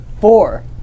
Four